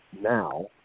now